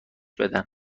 بدن